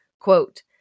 Quote